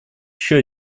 еще